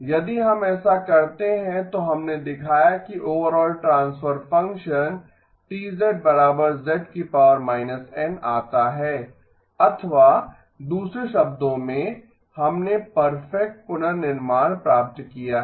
यदि हम ऐसा करते हैं तो हमने दिखाया कि overall transfer function T z−N आता है अथवा दूसरे शब्दों में हमने परफेक्ट पुनर्निर्माण प्राप्त किया है